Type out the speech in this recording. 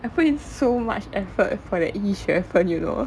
I put in so much effort for the 一学分 you know